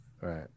Right